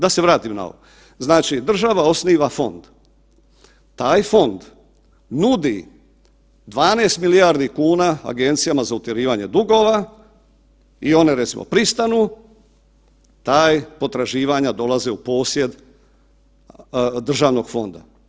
Da se vratim na ovo, znači država osniva fond, taj fond nudi 12 milijardi kuna agencijama za utjerivanje dugova i one recimo pristanu, ta potraživanja dolaze u posjed državnog fonda.